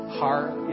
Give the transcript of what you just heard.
heart